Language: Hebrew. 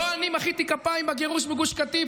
לא אני מחאתי כפיים בגירוש מגוש קטיף,